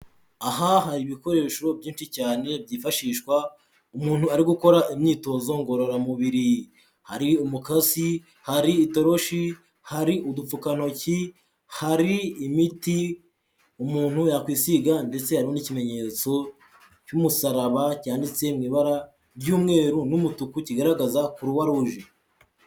Aha hari ibikoresho byinshi cyane byifashishwa umuntu ari gukora imyitozo ngororamubiri hari umukasi, hari itoroshi, hari udupfukantoki, hari imiti umuntu yakwisiga ndetse hariho n'ikimenyetso cy'umusaraba cyanditse mu ibara ry'umweru n'umutuku kigaragaza croux rouge.